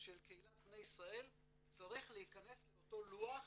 של קהילת בני ישראל צריך להיכנס לאותו לוח